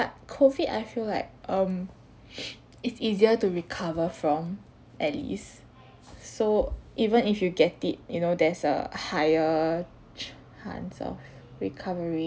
but COVID I feel like um it's easier to recover from at least so even if you get it you know there's a higher chance of recovery